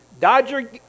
Dodger